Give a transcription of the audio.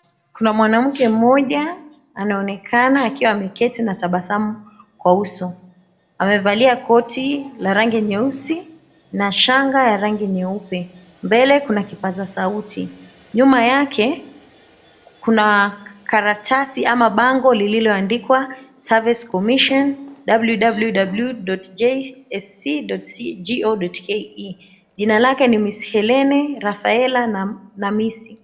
Kuna mwanamke mmoja anaonekana akiwa ameketi anatabasamu kwa uso amevalia koti la rangi nyeusi na shanga ya rangi nyeupe, mbele kuna kipaza sauti nyuma yake kuna karatasi ama bango liloandikwa, Service Commission www.jsc.go.ke jina lake ni, Miss Hellene Raphaela Namisi.